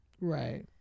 Right